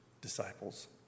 disciples